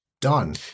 done